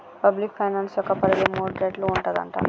public finance యొక్క పరిధి మూడు రేట్లు ఉంటదట